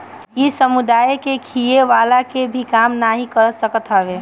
इ समुदाय के खियवला के भी काम नाइ कर सकत हवे